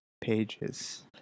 pages